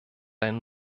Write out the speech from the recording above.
ein